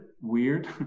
weird